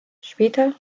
später